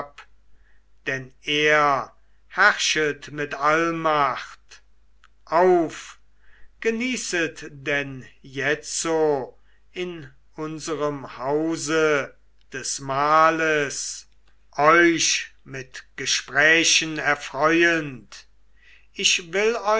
denn er herrschet mit allmacht auf genießet denn jetzo in unserem hause des mahles euch mit gesprächen erfreuend ich will